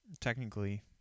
technically